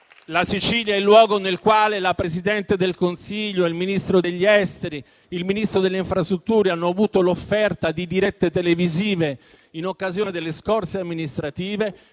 La Sicilia è il luogo nel quale la Presidente del Consiglio, il Ministro degli affari esteri e il Ministro delle infrastrutture e dei trasporti hanno avuto l'offerta di dirette televisive in occasione delle scorse elezioni amministrative,